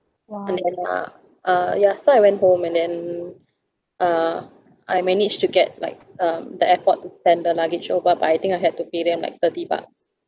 and then ya uh ya so I went home and then uh I managed to get likes um the airport to send the luggage over but I think I had to pay them like thirty bucks